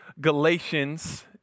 Galatians